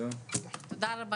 לא, לא,